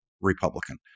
Republican